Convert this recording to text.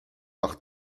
par